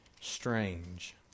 strange